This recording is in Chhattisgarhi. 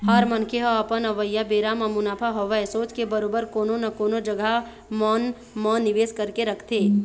हर मनखे ह अपन अवइया बेरा म मुनाफा होवय सोच के बरोबर कोनो न कोनो जघा मन म निवेस करके रखथे